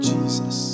Jesus